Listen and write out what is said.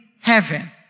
heaven